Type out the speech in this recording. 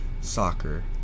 soccer